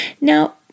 Now